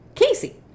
Casey